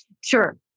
Sure